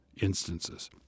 instances